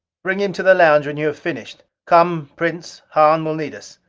bring him to the lounge when you have finished. come, prince, hahn will need us.